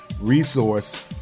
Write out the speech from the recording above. resource